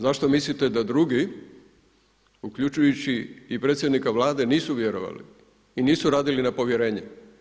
Zašto mislite da drugi, uključujući i predsjednika Vlade nisu vjerovali i nisu radili na povjerenje?